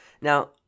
Now